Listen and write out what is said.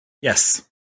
Yes